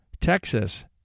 Texas